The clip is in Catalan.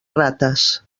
rates